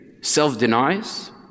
self-denies